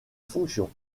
fonction